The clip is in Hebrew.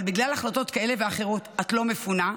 אבל בגלל החלטות כאלה ואחרות את לא מפונה,